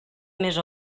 més